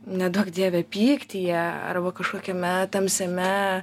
neduok dieve pyktyje arba kažkokiame tamsiame